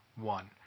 one